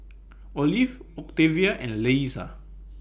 Olive Octavia and Leesa